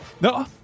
No